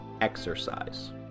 exercise